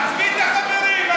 תעזבי את החברים.